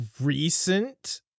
recent